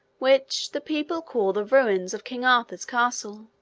which the people call the ruins of king arthur's castle.